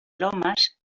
lomas